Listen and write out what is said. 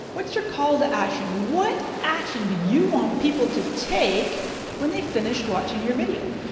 what's your call to action? what action do you want people to take when they finish watching your video?